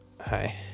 Hi